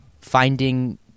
finding